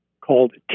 called